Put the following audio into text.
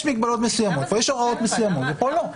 כאן יש מגבלות מסוימות והוראות מסוימות וכאן לא.